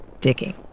digging